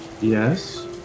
Yes